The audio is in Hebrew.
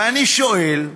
ואני שואל: